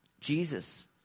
Jesus